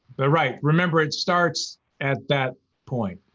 but right, remember it starts at that point.